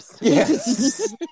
Yes